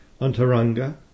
Antaranga